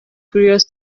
curious